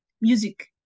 music